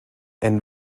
and